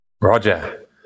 Roger